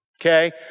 okay